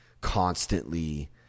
constantly